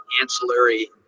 ancillary